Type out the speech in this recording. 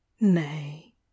nay